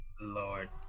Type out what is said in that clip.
Lord